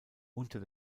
unter